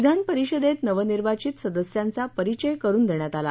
विधानपरिषदेत नवनिर्वाचित सदस्यांचा परिचय करून देण्यात आला